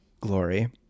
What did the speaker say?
glory